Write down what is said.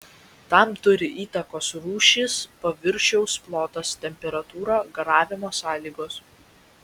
tam turi įtakos rūšis paviršiaus plotas temperatūra garavimo sąlygos